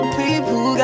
people